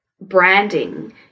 branding